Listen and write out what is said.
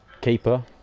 keeper